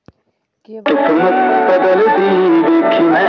KYC online कैसे हो सक है?